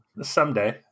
Someday